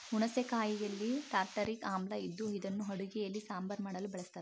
ಹುಣಸೆ ಕಾಯಿಯಲ್ಲಿ ಟಾರ್ಟಾರಿಕ್ ಆಮ್ಲ ಇದ್ದು ಇದನ್ನು ಅಡುಗೆಯಲ್ಲಿ ಸಾಂಬಾರ್ ಮಾಡಲು ಬಳಸ್ತರೆ